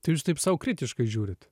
tai jūs taip sau kritiškai žiūrint